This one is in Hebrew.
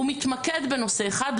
הוא מתמקד בנושא אחד,